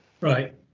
Right